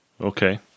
Okay